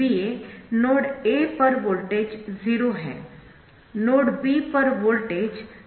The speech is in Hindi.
VA नोड A पर वोल्टेज 0 है नोड B पर वोल्टेज Vtest k है